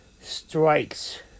strikes